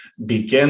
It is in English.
begin